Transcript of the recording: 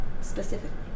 Specifically